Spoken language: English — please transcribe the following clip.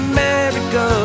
America